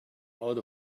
out